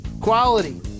Quality